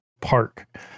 park